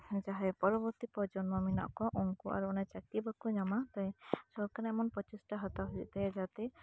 ᱡᱟᱦᱟᱸᱭ ᱯᱚᱨᱚᱵᱚᱨᱛᱤ ᱯᱨᱚᱡᱚᱱᱢᱚ ᱢᱮᱱᱟᱜ ᱠᱚᱣᱟ ᱩᱱᱠᱩ ᱟᱨ ᱚᱱᱟ ᱪᱟᱠᱨᱤ ᱵᱟᱠᱚ ᱧᱟᱢᱟ ᱚᱱᱟᱛᱮ ᱥᱚᱨᱠᱟᱨ ᱮᱢᱚᱱ ᱯᱨᱚᱪᱮᱥᱴᱟ ᱦᱟᱛᱟᱣ ᱦᱩᱭᱩᱜ ᱛᱟᱭᱟ ᱡᱟᱛᱮ